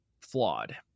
flawed